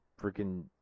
freaking